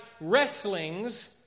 wrestling's